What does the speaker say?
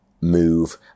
move